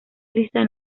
lista